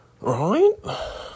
Right